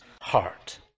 heart